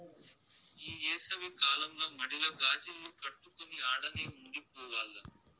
ఈ ఏసవి కాలంల మడిల గాజిల్లు కట్టుకొని ఆడనే ఉండి పోవాల్ల